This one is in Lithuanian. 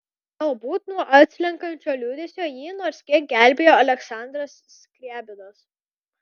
galbūt nuo atslenkančio liūdesio jį nors kiek gelbėjo aleksandras skriabinas